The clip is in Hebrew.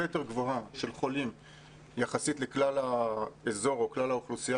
יותר גבוהה של חולים יחסית לכלל האזור או כלל האוכלוסייה